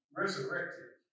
resurrected